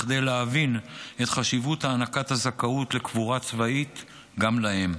כדי להבין את חשיבות הענקת הזכאות לקבורה צבאית גם להם.